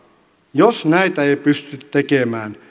jos näitä ei pysty tekemään